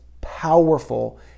powerful